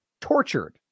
tortured